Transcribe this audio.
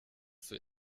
für